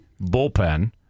bullpen